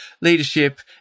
leadership